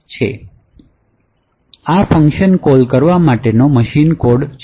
આ function call કરવા માટેનો આ મશીન કોડ છે